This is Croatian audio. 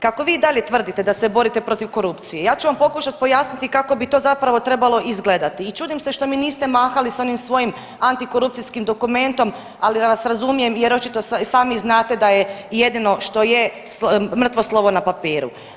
Kako vi i dalje tvrdite da se borite protiv korupcije ja ću vam pokušat pojasniti kako bi to zapravo trebalo izgledati i čudim se što mi niste mahali s onim svojim antikorupcijskim dokumentom, ali vas razumijem jer očito i sami znate da je i jedino što je mrtvo slovo na papiru.